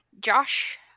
Josh